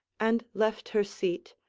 and left her seat,